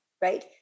right